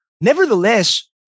Nevertheless